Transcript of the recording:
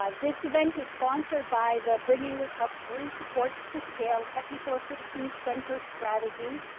ah this event is sponsored by the bringing recovery support to scale, technical assistance center strategy.